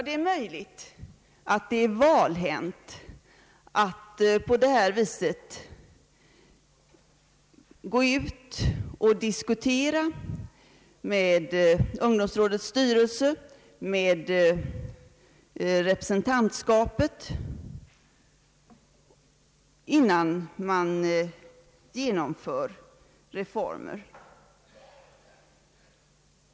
Det är möjligt att det är valhänt att på detta sätt gå ut och diskutera med ungdomsrådets styrelse, med representantskapet, innan man genomför reformen.